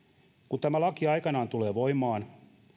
tämä laki aikanaan tulee voimaan